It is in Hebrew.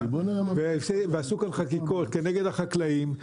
ועשו כאן חקיקות כנגד החקלאים,